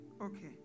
Okay